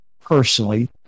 personally